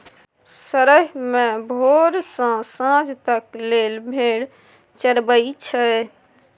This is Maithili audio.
सरेह मे भोर सँ सांझ तक लेल भेड़ चरबई छै